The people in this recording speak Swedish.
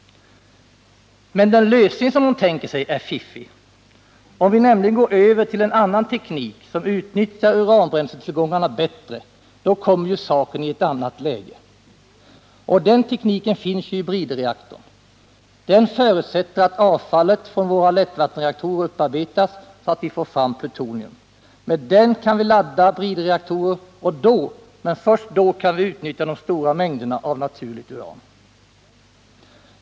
Men den lösning de tänker sig är fiffig. Om vi nämligen går över till en annan teknik som kan utnyttja uranbränsletillgångarna bättre, då kommer ju saken i ett annat läge. Och den tekniken finns ju i bridreaktorn. Den förutsätter att avfallet från våra lättvattenreaktorer upparbetas så att vi får fram plutonium. Men med det kan vi ladda bridreaktorer och då, men först då, kan vi utnyttja de stora mängderna av naturligt uran.